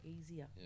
easier